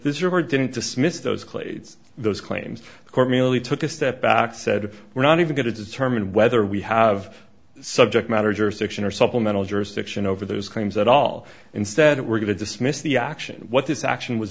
river didn't dismiss those claves those claims court merely took a step back said we're not even going to determine whether we have subject matter jurisdiction or supplemental jurisdiction over those claims at all instead we're going to dismiss the action what this action was